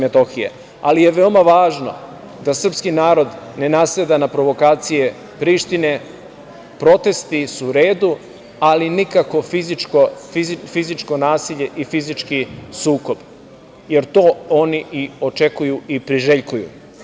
Veoma je važno da srpski narod ne naseda provokacije Prištine, protesti su u redu, ali nikao fizičko nasilje i fizički sukob, jer to oni i očekuju i priželjkuju.